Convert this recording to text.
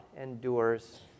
endures